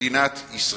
מדינת ישראל.